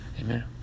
Amen